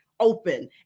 open